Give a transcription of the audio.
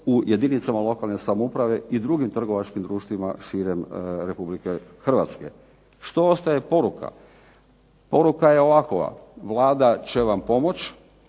u jedinicama lokalne samouprave i drugim trgovačkim društvima širem RH. Što ostaje poruka? Poruka je ovakova, Vlada će vam pomoći